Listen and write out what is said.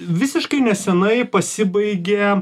visiškai nesenai pasibaigė